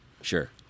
Sure